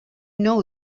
know